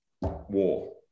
war